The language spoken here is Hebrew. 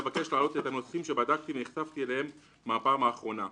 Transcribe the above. אבקש לעלות את הנושאים שבדקתי ונחשפתי אליהם מהפעם האחרונה.